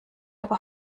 aber